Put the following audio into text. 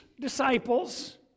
disciples